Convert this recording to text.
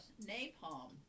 napalm